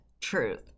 truth